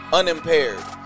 unimpaired